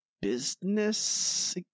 business